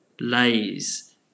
Lays